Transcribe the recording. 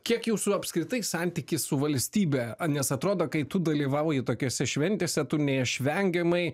kiek jūsų apskritai santykis su valstybe nes atrodo kai tu dalyvauji tokiose šventėse tu neišvengiamai